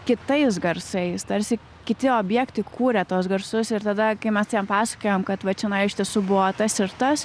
kitais garsais tarsi kiti objektai kūrė tuos garsus ir tada kai mes pasakojom kad va čionai iš tiesų buvo tas ir tas